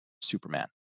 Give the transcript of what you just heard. Superman